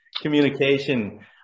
communication